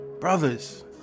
Brothers